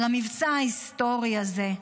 על המבצע ההיסטורי הזה.